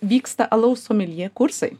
vyksta alaus someljė kursai